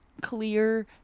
clear